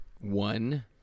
One